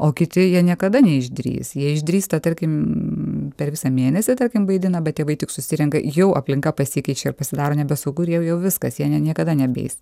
o kiti jie niekada neišdrįs jie išdrįsta tarkim per visą mėnesį tarkim vaidina bet tėvai tik susirenka jau aplinka pasikeičia ir pasidaro nebesaugu ir jie jau viskas jie ne niekada nebeis